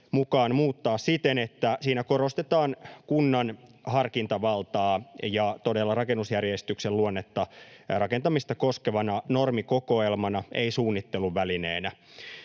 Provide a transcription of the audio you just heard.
mukaan muuttaa siten, että siinä korostetaan kunnan harkintavaltaa ja todella rakennusjärjestyksen luonnetta rakentamista koskevana normikokoelmana, ei suunnitteluvälineenä.